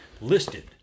listed